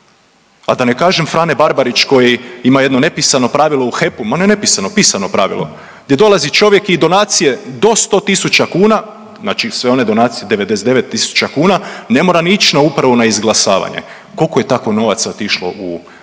A da ne kažem Frane Barbarić koji ima jedno nepisano pravilo u HEP-u, ma ne nepisano, pisano pravilo gdje dolazi čovjek i donacije do 100.000 kuna, znači sve one donacije 99.000 kuna ne mora ni ić na upravu na izglasavanje. Koliko je tako novaca otišlo iz HEP-a?